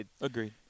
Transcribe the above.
Agreed